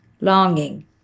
longing